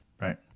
right